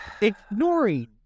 Ignoring